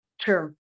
Sure